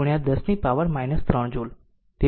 25 10 power 3 તે joule છે